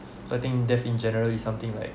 so I think death in generally something like